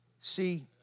See